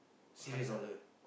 hundred dollar